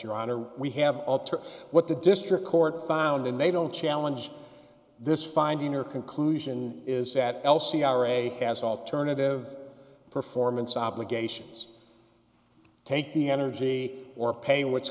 your honor we have all took what the district court found and they don't challenge this finding your conclusion is that l c r a has alternative performance obligations take the energy or pay what's